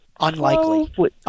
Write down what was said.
Unlikely